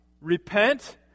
Repent